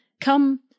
come